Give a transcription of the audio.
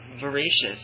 voracious